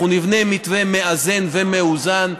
אנחנו נבנה מתווה מאזן ומאוזן,